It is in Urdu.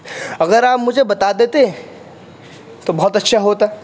اگر آپ مجھے بتا دیتے تو بہت اچھا ہوتا